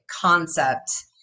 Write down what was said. concept